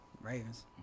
Ravens